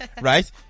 right